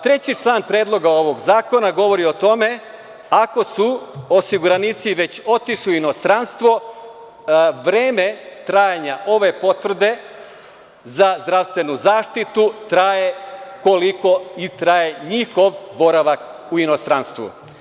Treći član predloga ovog zakona govori o tome ako su osiguranici već otišli u inostranstvo, vreme trajanja ove potvrde za zdravstvenu zaštitu traje koliko i traje njihov boravak u inostranstvu.